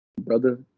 Brother